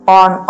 on